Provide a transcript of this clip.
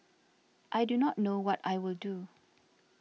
I do not know what I will do